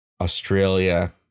Australia